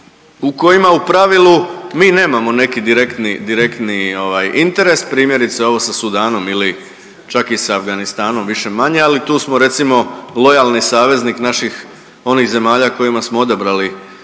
u kojima u pravilu mi nemamo neki direktni ovaj interes, primjerice, ovo sa Sudanom ili čak i s Afganistanom, više-manje, ali tu smo recimo, lojalni saveznik naših onih zemalja kojima smo odabrali